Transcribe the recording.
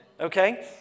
okay